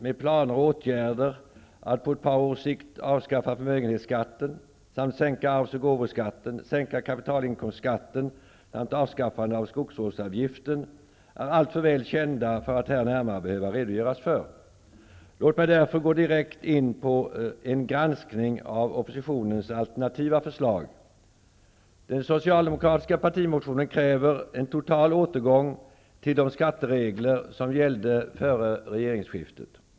med planer och åtgärder att på ett års sikt avskaffa förmögenhetsskatten samt sänka arvs och gåvoskatter, sänka kapitalinkomstskatten och avskaffa skogsvårdsavgiften är alltför väl känd för att här närmare behöva redogöras för. Låt mig därför gå direkt på en granskning av oppositionens alternativa förslag. I den socialdemokratiska partimotionen krävs en total återgång till de skatteregler som gällde före regeringsskiftet.